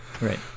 Right